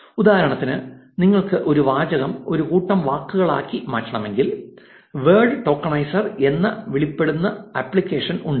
ഉദാഹരണത്തിന് നിങ്ങൾക്ക് ഒരു വാചകം ഒരു കൂട്ടം വാക്കുകളാക്കി മാറ്റണമെങ്കിൽ വേഡ് ടോക്കനൈസർ എന്ന് വിളിക്കപ്പെടുന്ന അപ്ലിക്കേഷൻ ഉണ്ട്